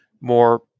more